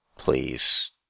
Please